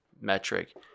metric